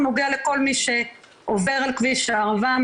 הוא נוגע לכל מי שעובר על כביש הערבה,